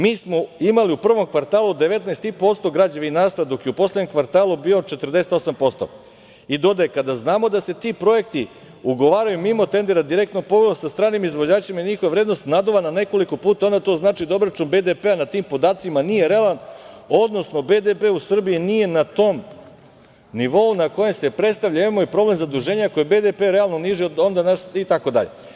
Mi smo imali u prvom kvartalu 19,5% građevinarstva dok je u poslednjem kvartalu bio 48% i dodaje, kada znamo da se ti projekti ugovaraju mimo tendera, direktno povod sa stranim izvođačima, njihova vrednost naduvana nekoliko puta, onda to znači da obračun BDP-a na tim podacima nije realan, odnosno BDP u Srbiji nije na tom nivou na kojem se predstavlja, em mu je problem zaduženje koje BDP realno niži od onda …. itd.